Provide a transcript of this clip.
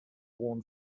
worn